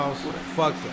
Fuck